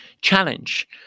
challenge